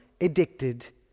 addicted